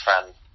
friend